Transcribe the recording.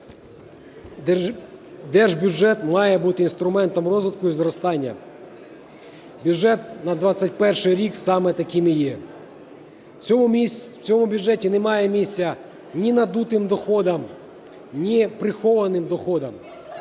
держбюджет має бути інструментом розвитку і зростання. Бюджет на 21-й рік саме таким і є. В цьому бюджеті немає місця ні надутим доходам, ні прихованим доходам.